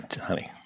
honey